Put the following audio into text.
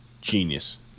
genius